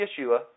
Yeshua